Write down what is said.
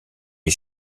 est